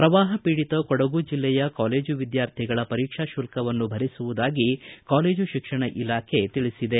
ಪ್ರವಾಪ ಪೀಡಿತ ಕೊಡಗು ಜಿಲ್ಲೆಯ ಕಾಲೇಜು ವಿದ್ಕಾರ್ಥಿಗಳ ಪರೀಕ್ಷಾ ಶುಲ್ಕವನ್ನು ಭರಿಸುವುದಾಗಿ ಕಾಲೇಜು ಶಿಕ್ಷಣ ಇಲಾಖೆ ತಿಳಿಸಿದೆ